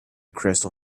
crystal